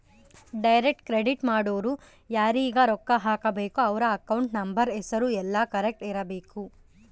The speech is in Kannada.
ಡೈರೆಕ್ಟ್ ಕ್ರೆಡಿಟ್ ಮಾಡೊರು ಯಾರೀಗ ರೊಕ್ಕ ಹಾಕಬೇಕು ಅವ್ರ ಅಕೌಂಟ್ ನಂಬರ್ ಹೆಸರು ಯೆಲ್ಲ ಕರೆಕ್ಟ್ ಇರಬೇಕು